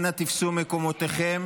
אנא תפסו מקומותיכם.